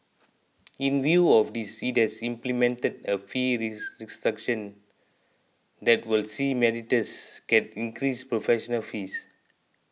in view of this it has implemented a fee restructuring that will see mediators get increased professional fees